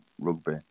rugby